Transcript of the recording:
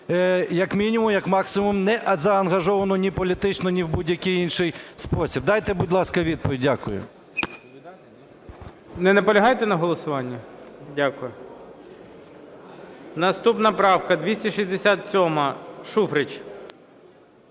як мінімум, як максимум не заангажовану ні політично, ні в будь-який інший спосіб. Дайте, будь ласка, відповідь. Дякую. ГОЛОВУЮЧИЙ. Не наполягаєте на голосуванні? Дякую. Наступна правка 267, Шуфрич.